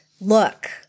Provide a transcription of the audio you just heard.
look